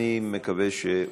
אני מקווה שהוא